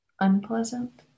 Unpleasant